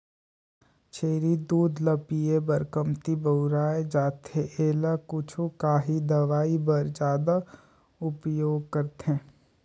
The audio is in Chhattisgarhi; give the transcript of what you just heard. छेरी दूद ल पिए बर कमती बउरे जाथे एला कुछु काही दवई बर जादा उपयोग करथे